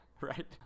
Right